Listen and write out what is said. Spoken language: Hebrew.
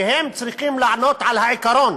שצריכים להתאים לעיקרון